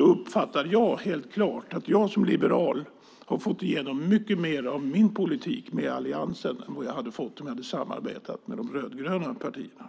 uppfattar jag helt klart att jag som liberal har fått igenom mycket mer av min politik med Alliansen än jag hade fått om jag hade samarbetat med de rödgröna partierna.